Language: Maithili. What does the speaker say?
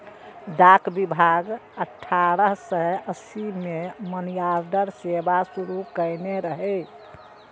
डाक विभाग अठारह सय अस्सी मे मनीऑर्डर सेवा शुरू कयने रहै